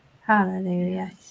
hallelujah